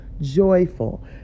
joyful